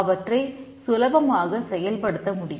அவற்றை சுலபமாக செயல்படுத்த முடியும்